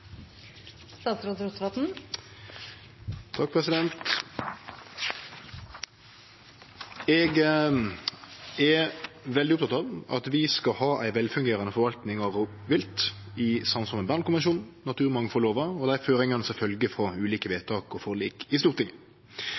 veldig oppteken av at vi skal ha ei velfungerande forvaltning av rovvilt, i samsvar med Bernkonvensjonen, naturmangfaldlova og dei føringane som følgjer frå ulike vedtak og forlik i Stortinget.